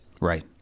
Right